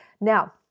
Now